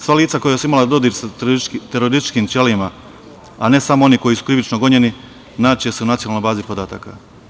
Sva lica koja su imala dodir sa terorističkim ćelijama, a ne samo oni koji su krivično gonjeni, naći se u Nacionalnoj bazi podataka.